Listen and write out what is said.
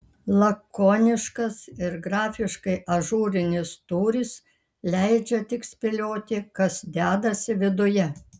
lakoniškas ir grafiškai ažūrinis tūris leidžia tik spėlioti kas dedasi viduje